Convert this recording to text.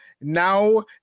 now